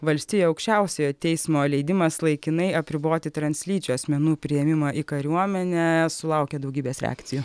valstijų aukščiausiojo teismo leidimas laikinai apriboti translyčių asmenų priėmimą į kariuomenę sulaukė daugybės reakcijų